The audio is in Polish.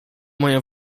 moje